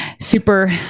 super